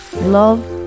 love